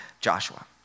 Joshua